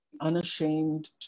unashamed